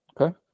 Okay